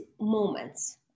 moments